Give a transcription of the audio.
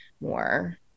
more